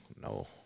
No